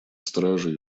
стражей